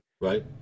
Right